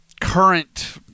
current